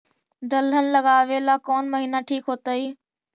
दलहन लगाबेला कौन महिना ठिक होतइ?